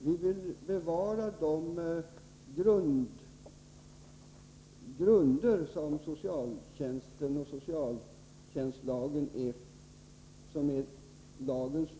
Vi vill bevara de grunder som är socialtjänstens och socialtjänstlagens fundament.